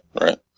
right